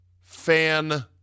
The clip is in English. fan